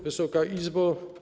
Wysoka Izbo!